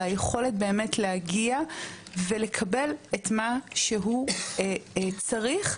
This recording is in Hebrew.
והיכולת באמת להגיע ולקבל את מה שהוא צריך.